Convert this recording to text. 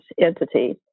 entity